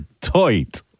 tight